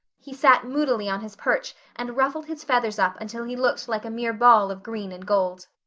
he sat moodily on his perch and ruffled his feathers up until he looked like a mere ball of green and gold.